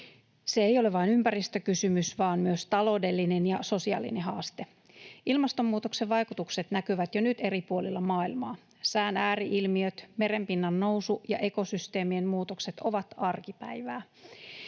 Se ei ole vain ympäristökysymys vaan myös taloudellinen ja sosiaalinen haaste. Ilmastonmuutoksen vaikutukset näkyvät jo nyt eri puolilla maailmaa. Sään ääri-ilmiöt, merenpinnan nousu ja ekosysteemien muutokset ovat arkipäivää.